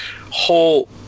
whole